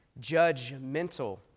judgmental